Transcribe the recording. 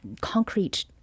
concrete